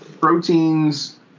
proteins